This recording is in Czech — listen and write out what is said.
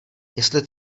jestli